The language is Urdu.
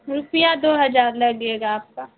روپیہ دو ہجار لگے گا آپ کا